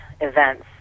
events